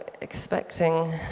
expecting